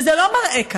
וזה לא מראה קל,